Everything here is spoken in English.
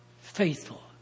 faithful